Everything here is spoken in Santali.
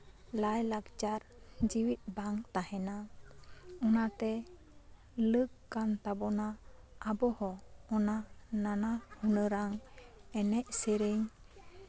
ᱞᱟᱭᱼᱞᱟᱠᱪᱟᱨ ᱡᱮᱣᱭᱮᱫ ᱵᱟᱝ ᱛᱟᱦᱮᱱᱟ ᱚᱱᱟᱛᱮ ᱞᱟᱹᱠ ᱠᱟᱱ ᱛᱟᱵᱳᱱᱟ ᱟᱵᱚᱦᱚᱸ ᱚᱱᱟ ᱱᱟᱱᱟ ᱦᱩᱱᱟᱹᱨᱟᱝ ᱮᱱᱮᱡ ᱥᱮᱨᱮᱧ